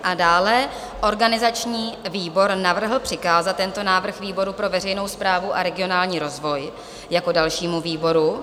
A dále organizační výbor navrhl přikázat tento návrh výboru pro veřejnou správu a regionální rozvoj jako dalšímu výboru.